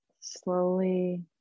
Slowly